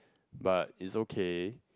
but is okay